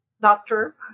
doctor